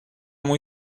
muy